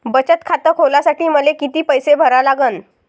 बचत खात खोलासाठी मले किती पैसे भरा लागन?